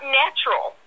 natural